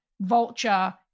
Vulture